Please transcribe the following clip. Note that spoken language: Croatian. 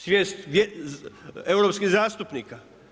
Svijest europskih zastupnika.